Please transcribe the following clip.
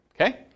Okay